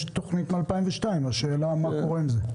יש תוכנית מ-2002, והשאלה מה קורה עם זה.